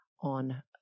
on